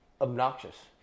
obnoxious